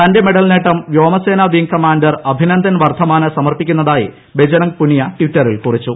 തന്റെ മെഡൽ നേട്ടം വ്യോമസേനാ വിംഗ് കമാൻഡർ അഭിനന്ദൻ വർദ്ധമാന് സമർപ്പിക്കുന്നതായി ബജ്റംഗ് പുനിയ ട്വിറ്ററിൽ കുറിച്ചു